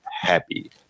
happy